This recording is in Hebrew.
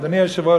אדוני היושב-ראש,